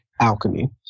alchemy